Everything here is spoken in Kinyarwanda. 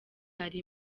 hari